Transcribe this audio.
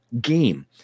game